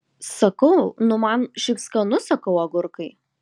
sakau nu man šiaip skanu sakau agurkai